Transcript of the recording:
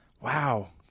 wow